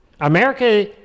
America